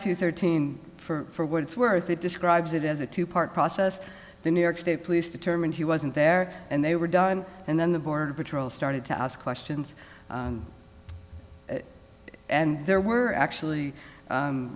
to thirteen for what it's worth it describes it as a two part process the new york state police determined he wasn't there and they were done and then the border patrol started to ask questions and there were actually